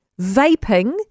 Vaping